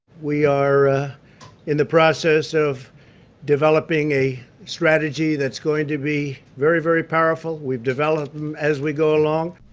we are in the process of developing a strategy that's going to be very, very powerful. we've developed them as we go along.